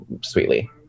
sweetly